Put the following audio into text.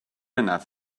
enough